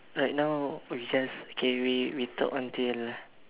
right now we just okay we we talk until